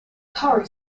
curry